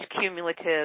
cumulative